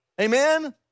Amen